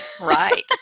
right